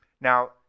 Now